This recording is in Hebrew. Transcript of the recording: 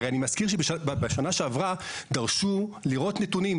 הרי אני מזכיר שבשנה שעברה דרשו לראות נתונים.